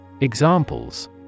Examples